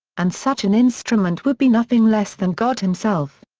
and such an instrument would be nothing less than god himself.